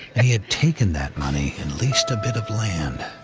he had taken that money and leased a bit of land.